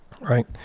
right